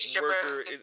worker